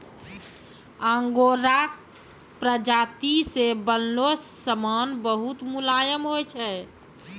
आंगोराक प्राजाती से बनलो समान बहुत मुलायम होय छै